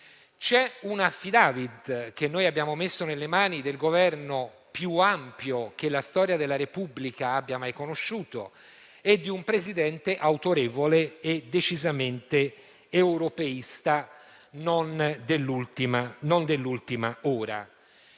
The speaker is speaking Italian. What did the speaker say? C'è un *affidavit*, che noi abbiamo messo nelle mani del Governo più ampio che la storia della Repubblica abbia mai conosciuto e di un Presidente autorevole e decisamente europeista, non dell'ultima ora.